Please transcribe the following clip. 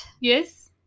Yes